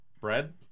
Bread